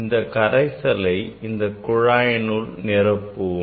இக்கரைசலை இந்த குழாயினுள் நிரப்புவோம்